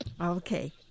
Okay